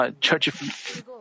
church